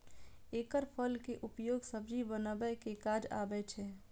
एकर फल के उपयोग सब्जी बनबै के काज आबै छै